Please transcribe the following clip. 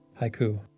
Haiku